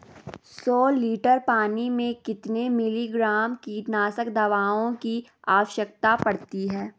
सौ लीटर पानी में कितने मिलीग्राम कीटनाशक दवाओं की आवश्यकता पड़ती है?